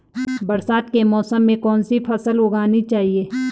बरसात के मौसम में कौन सी फसल उगानी चाहिए?